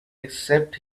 except